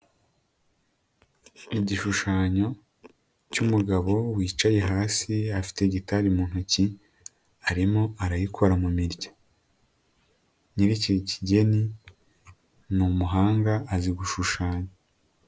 Igishushanyo cy'umugabo wicaye hasi, afite gitari mu ntoki, arimo arayikora mu mirya, nyir'iki kigeni, ni umuhanga, azi gushushanya.